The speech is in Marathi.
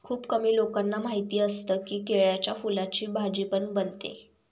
खुप कमी लोकांना माहिती असतं की, केळ्याच्या फुलाची भाजी पण बनते